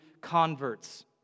converts